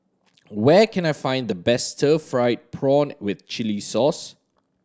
where can I find the best stir fried prawn with chili sauce